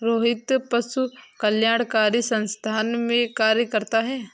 रोहित पशु कल्याणकारी संस्थान में कार्य करता है